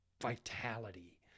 vitality